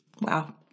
Wow